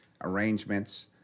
arrangements